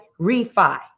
refi